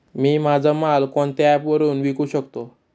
मी माझा माल कोणत्या ॲप वरुन विकू शकतो?